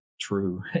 true